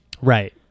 Right